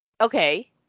okay